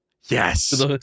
yes